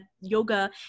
yoga